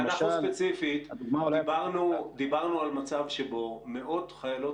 אנחנו ספציפית דיברנו על מצב שבו מאות חיילות